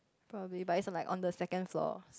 probably but it's like on the second floor